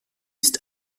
ist